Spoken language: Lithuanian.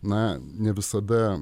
na ne visada